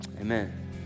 Amen